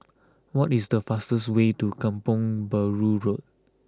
what is the fastest way to Kampong Bahru Road